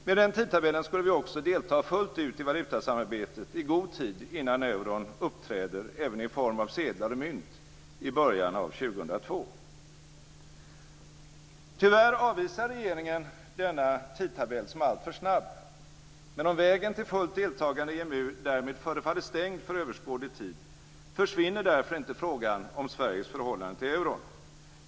Med den tidtabellen skulle vi också delta fullt ut i valutasamarbetet i god tid innan euron uppträder även i form av sedlar och mynt i början av Tyvärr avvisar regeringen denna tidtabell som alltför snabb. Men om vägen till fullt deltagande i EMU därmed förefaller stängd för överskådlig tid, försvinner därför inte frågan om Sveriges förhållande till euron.